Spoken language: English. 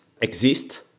exist